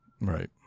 Right